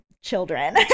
children